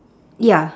ya